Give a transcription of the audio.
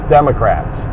Democrats